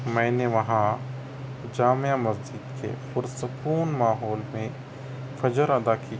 میں نے وہاں جامع مسجد کے پُرسکون ماحول میں فجر ادا کی